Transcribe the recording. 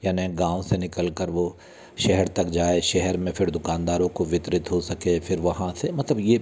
यानि गाँव से निकलकर वो शहर तक जाए शहर में फिर दुकानदारों को वितरित हो सके फिर वहाँ से मतलब ये